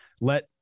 let